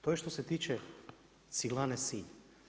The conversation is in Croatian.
To je što se tiče Ciglane Sinj.